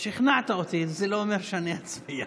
שכנעת אותי, זה לא אומר שאני אצביע.